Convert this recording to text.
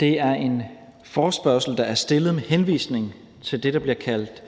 Det er en forespørgsel, der er stillet med henvisning til det, der bliver kaldt